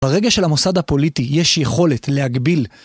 ברגע שלמוסד הפוליטי יש יכולת להגביל